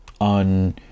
on –